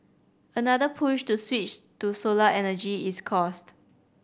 another push to switch to solar energy is cost